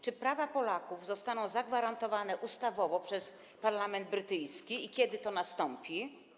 Czy prawa Polaków zostaną zagwarantowane ustawowo przez parlament brytyjski i kiedy to nastąpi?